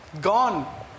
gone